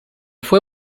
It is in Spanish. fue